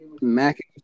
Mac